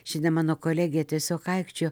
šiandien mano kolegė tiesiog aikčiojo